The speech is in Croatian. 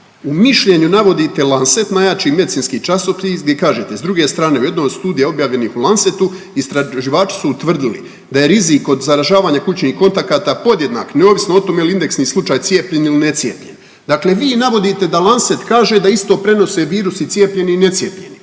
U mišljenju navodite Lancet, najjači medicinski časopis gdje kažete s druge strane u jednoj od studija objavljenih u Lancetu istraživači su utvrdili da je rizik od zaražavanja kućnih kontakata podjednak neovisno o tome je li indeksni slučaj cijepljen ili necijepljen. Dakle vi navodite da Lancet kaže da isto prenose virus i cijepljeni i necijepljeni,